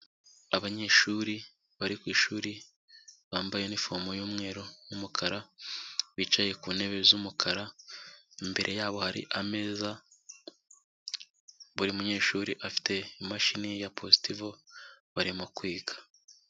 Abanyeshuri bari ku ishuri bambaye yunifomu y'umweru n'umukara, bicaye ku ntebe z'umukara imbere yabo hari ameza buri munyeshuri afite imashini ya positivo barimo kwiga.